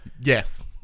Yes